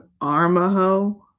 Armahoe